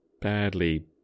badly